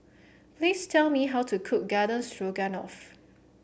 please tell me how to cook Garden Stroganoff